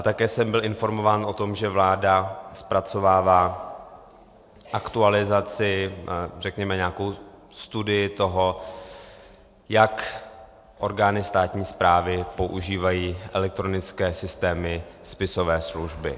A také jsem byl informován o tom, že vláda zpracovává aktualizaci, řekněme nějakou studii toho, jak orgány stání správní používají elektronické systémy spisové služby.